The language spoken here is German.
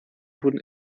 wurden